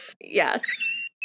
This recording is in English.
Yes